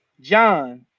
John